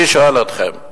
אני שואל אתכם: